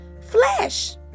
flesh